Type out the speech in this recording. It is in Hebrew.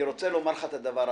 אתה יודע,